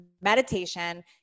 meditation